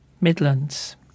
Midlands